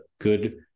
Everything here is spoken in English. good